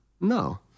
no